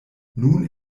nun